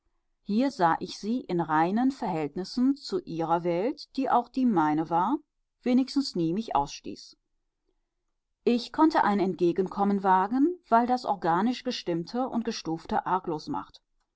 hier sah ich sie in reinen verhältnissen zu ihrer welt die auch die meine war wenigstens nie mich ausstieß ich konnte ein entgegenkommen wagen weil das organisch gestimmte und gestufte arglos macht